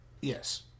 Yes